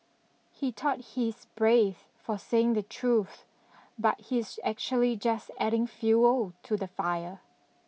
he thought he's brave for saying the truth but he's actually just adding fuel to the fire